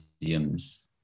museums